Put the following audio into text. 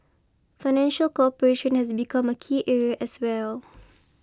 financial cooperation has become a key area as well